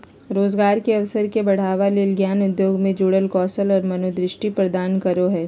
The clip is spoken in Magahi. रोजगार के अवसर के बढ़ावय ले ज्ञान उद्योग से जुड़ल कौशल और मनोदृष्टि प्रदान करो हइ